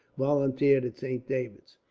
volunteered at saint david's.